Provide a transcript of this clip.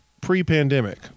pre-pandemic